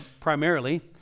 primarily